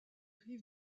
rives